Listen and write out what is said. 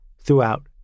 throughout